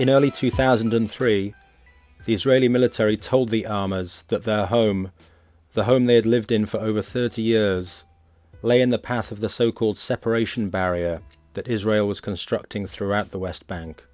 you know early two thousand and three the israeli military told the home the home they had lived in for over thirty years lay in the path of the so called separation barrier that israel was constructing throughout the west bank